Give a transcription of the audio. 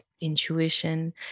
intuition